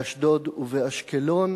באשדוד ובאשקלון,